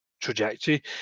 trajectory